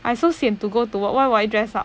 I so sian to go to work why will I dress up